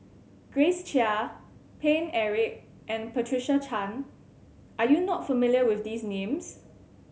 Grace Chia Paine Eric and Patricia Chan are you not familiar with these names